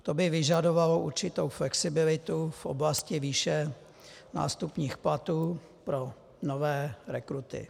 To by vyžadovalo určitou flexibilitu v oblasti výše nástupních platů pro nové rekruty.